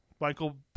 Michael